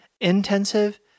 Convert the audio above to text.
Intensive